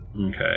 Okay